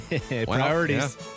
Priorities